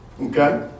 okay